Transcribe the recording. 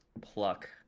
pluck